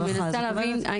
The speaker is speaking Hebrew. איריס, אני מנסה להבין.